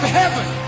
heaven